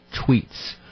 tweets